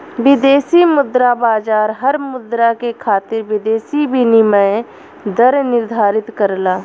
विदेशी मुद्रा बाजार हर मुद्रा के खातिर विदेशी विनिमय दर निर्धारित करला